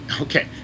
okay